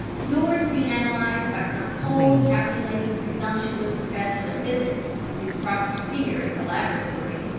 nor to be analysed by some cold, calculating, presumptuous professor of physics whose proper sphere is the laboratory.